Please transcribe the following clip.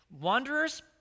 Wanderers